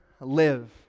live